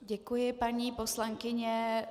Děkuji, paní poslankyně.